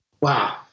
Wow